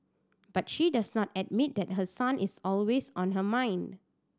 but she does not admit that her son is always on her mind